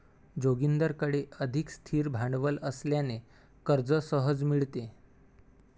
जोगिंदरकडे अधिक स्थिर भांडवल असल्याने कर्ज सहज मिळते